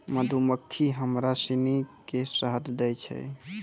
मधुमक्खी हमरा सिनी के शहद दै छै